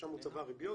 ששם הוא צבר ריביות,